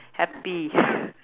happy